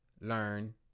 learn